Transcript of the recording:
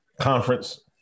conference